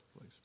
please